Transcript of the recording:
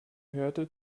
hörte